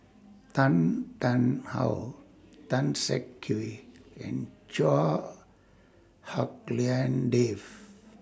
Tan Tarn How Tan Siak Kew and Chua Hak Lien Dave